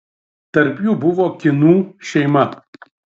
tarp jų buvo kynų šeima